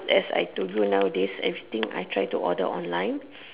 as I told you nowadays everything I try to order online